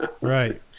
right